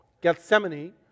Gethsemane